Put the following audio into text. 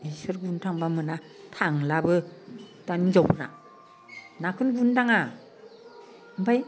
बिसोर गुरनो थाङोब्ला मोना थांलाबो दानि हिनजावफ्रा नाखौनो गुरनो थाङा ओमफाय